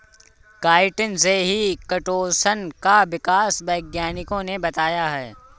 chitin से ही chitosan का विकास वैज्ञानिकों ने बताया है